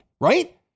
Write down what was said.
right